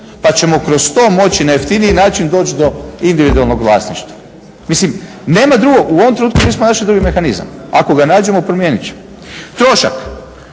pa ćemo kroz to moći na jeftiniji način doći do individualnog vlasništva. Mislim nema drugog. U ovom trenutku nismo našli drugi mehanizam, ako ga nađemo promijenit ćemo. Trošak.